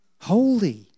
Holy